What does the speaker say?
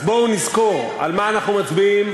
אז בואו נזכור על מה אנחנו מצביעים,